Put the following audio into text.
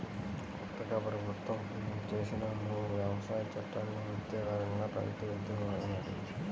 కొత్తగా ప్రభుత్వం చేసిన మూడు వ్యవసాయ చట్టాలకు వ్యతిరేకంగా రైతు ఉద్యమాలు నడిచాయి